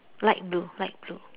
light blue light blue